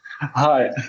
Hi